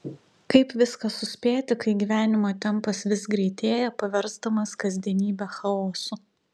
kaip viską suspėti kai gyvenimo tempas vis greitėja paversdamas kasdienybę chaosu